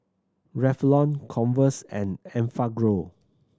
Revlon Converse and Enfagrow